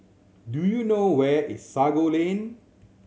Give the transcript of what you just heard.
do you know where is Sago Lane